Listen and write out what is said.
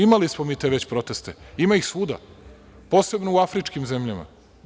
Imali smo mi već te proteste, ima ih svuda, posebno u afričkim zemljama.